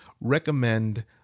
recommend